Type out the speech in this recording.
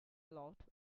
lot